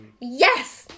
yes